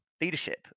leadership